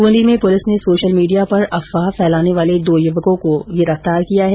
बूंदी में पुलिस ने सोशल मीडिया पर अफवाह फैलाने वाले दो युवकों को गिरफ्तार किया है